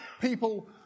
People